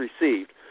received